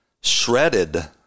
shredded